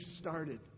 started